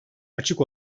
açık